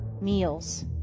meals